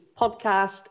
podcast